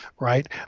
right